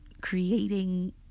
creating